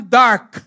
dark